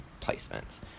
placements